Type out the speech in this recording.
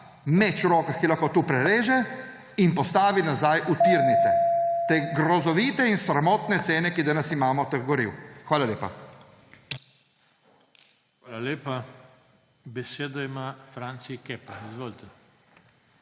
meč v rokah, ki lahko to prereže in postavi nazaj v tirnice. Te grozovite in sramotne cene, ki jih danes imamo, teh goriv. Hvala lepa. PODPREDSEDNIK JOŽE TANKO: Hvala lepa. Besedo ima Franci Kepa. Izvolite.